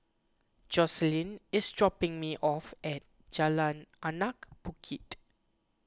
Joseline is dropping me off at Jalan Anak Bukit